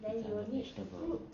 under vegetable